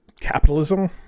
capitalism